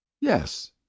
Yes